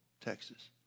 Texas